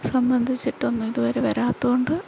സംബന്ധിച്ചിട്ടൊന്നും ഇതുവരെ വരാത്തതുകൊണ്ട്